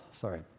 Sorry